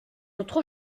autre